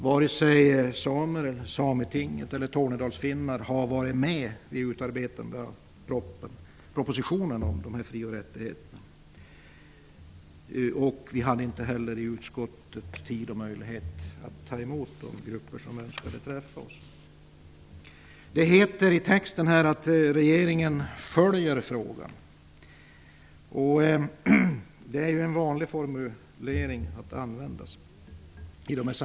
Varken samer, Sametinget eller tornedalsfinnar har varit med vid utarbetandet av propositionen om fri och rättigheterna. I utskottet hade vi inte heller tid och möjlighet att ta emot de grupper som önskade träffa oss. I utskottstexten heter det att regeringen följer frågan, och det är ju en vanlig formulering.